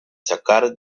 sacar